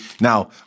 Now